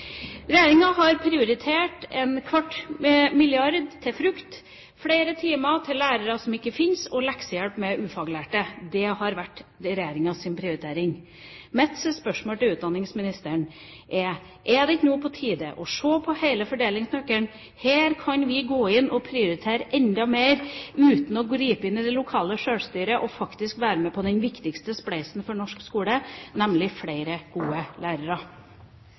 Regjeringa har prioritert en kvart milliard kroner til frukt, flere timer til lærere som ikke fins, og leksehjelp med ufaglærte. Det har vært regjeringas prioritering. Mitt spørsmål til utdanningsministeren er: Er det ikke nå på tide å se på hele fordelingsnøkkelen? Her kan vi gå inn og prioritere enda mer uten å gripe inn i det lokale sjølstyret og faktisk være med på den viktigste spleisen for norsk skole, nemlig flere gode lærere.